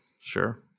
Sure